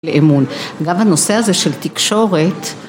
לאמון. גם הנושא הזה של תקשורת